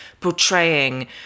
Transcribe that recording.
portraying